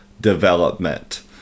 development